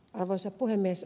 arvoisa puhemies